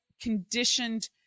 conditioned